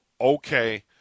okay